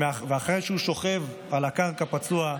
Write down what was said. ואחרי שהוא שוכב על הקרקע פצוע,